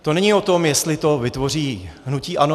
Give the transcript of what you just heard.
To není o tom, jestli to vytvoří hnutí ANO.